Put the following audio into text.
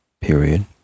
period